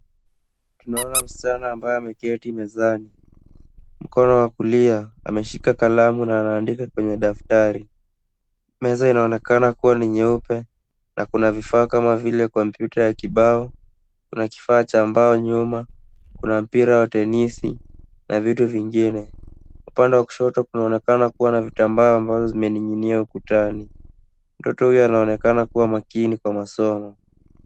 Tunaona msichana ambaye ameketi mezani. Mkono wa kulia ameshika kalamu na anaandika kwenye daftari. Meza inaonekana kuwa ni nyeupe na kuna vifaa kama vile kompyuta ya kibao, kuna kifaa cha mbao nyuma, kuna mpira wa tenisi na vitu vingine. Upande wa kushoto kunaonekana kuwa na vitambaa ambazo zimening'inia ukutani. Mtoto huyo anaonekana kuwa makini kwa masomo.